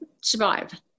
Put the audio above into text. survive